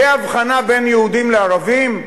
תהיה הבחנה בין יהודים לערבים?